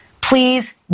please